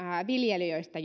viljelijöistä